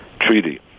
Treaty